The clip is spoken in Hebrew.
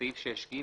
בסעיף 6ג,